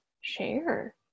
share